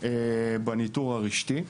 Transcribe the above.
בניטור הרשתי.